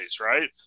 right